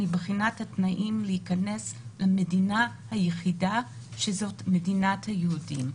מבחינת התנאים להיכנס למדינה היחידה שהיא מדינת היהודים.